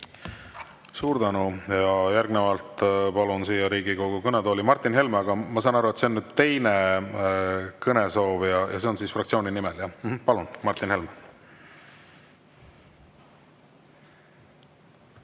Suur tänu! Järgnevalt palun siia Riigikogu kõnetooli Martin Helme. Ma saan aru, et see on nüüd teine kõnesoov ja see on fraktsiooni nimel. Palun, Martin Helme!